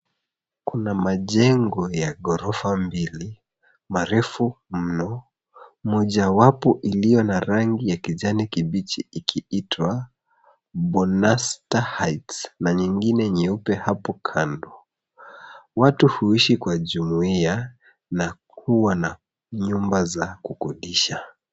Kuna majengo ya gorofa mbili marefu mno mojawapo ilio na rangi ya kijani kibichi ikiitwa Bonastar heights na nyingine nyeupe hapo kando. Watu huishi kwa jumuia na kuwa na nyumba za kukodisha.